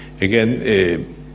again